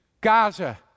Gaza